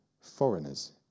foreigners